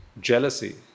jealousy